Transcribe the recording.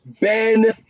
Ben